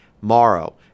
Morrow